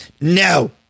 No